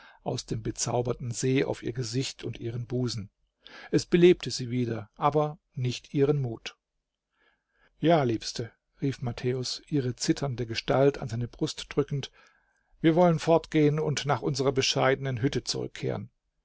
aus dem bezauberten see auf ihr gesicht und ihren busen es belebte sie wieder aber nicht ihren mut ja liebste rief matthäus ihre zitternde gestalt an seine brust drückend wir wollen fort gehen und nach unserer bescheidenen hütte zurückkehren